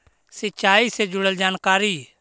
सिंचाई से जुड़ल जानकारी?